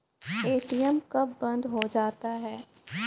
ATM कब बंद हो जाता हैं?